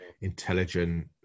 Intelligent